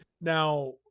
Now